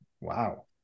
wow